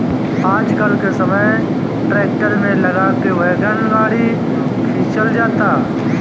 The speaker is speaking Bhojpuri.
आजकल के समय ट्रैक्टर में लगा के वैगन गाड़ी खिंचल जाता